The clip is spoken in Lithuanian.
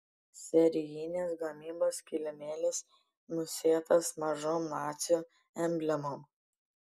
serijinės gamybos kilimėlis nusėtas mažom nacių emblemom